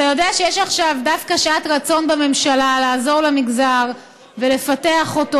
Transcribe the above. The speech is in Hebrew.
אתה יודע שיש עכשיו דווקא שעת רצון בממשלה לעזור למגזר ולפתח אותו.